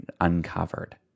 uncovered